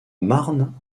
marne